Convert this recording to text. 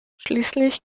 schließlich